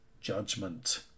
judgment